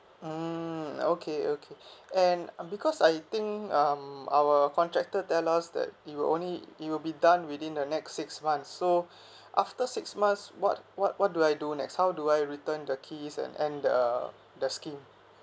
mmhmm okay okay and uh because I think um our contractor tell us that he will only it will be done within the next six months so after six months what what what do I do next how do I return the keys and and the the scheme